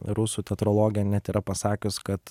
rusų teatrologė net yra pasakius kad